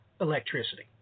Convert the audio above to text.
electricity